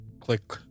click